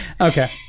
Okay